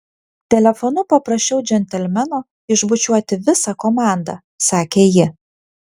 telefonu paprašiau džentelmeno išbučiuoti visą komandą sakė ji